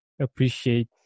appreciate